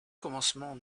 commencement